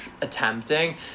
attempting